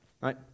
right